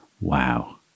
wow